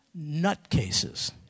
Nutcases